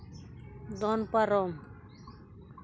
ᱫᱚᱱ ᱯᱟᱨᱚᱢ